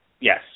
Yes